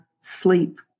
sleep